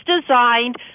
designed